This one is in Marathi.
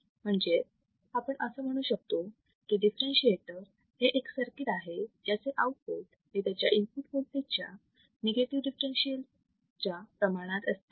म्हणजेच आपण असं म्हणू शकतो की डिफरेंशीएटर हे एक असे सर्किट आहे ज्याचे आउटपुट हे त्याच्या इनपुट वोल्टेज च्या निगेटिव दिफ्फेरेन्शियल च्या प्रमाणात असते